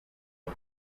end